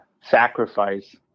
sacrifice